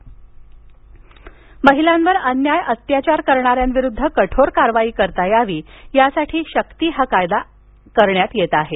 शक्ती महिलांवर अन्याय अत्याचार करणाऱ्यांविरुद्ध अधिक कठोर कारवाई करता यावी यासाठी शक्ती हा कायदा करण्यात येत आहे